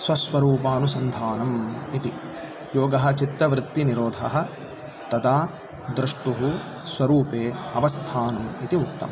स्वस्वरूपानुसन्धानम् इति योगः चित्तवृत्तिनिरोधः तदा द्रष्टुः स्वरूपे अवस्थानम् इति उक्तं